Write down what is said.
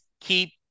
keep